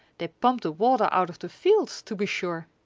they pump the water out of the fields, to be sure!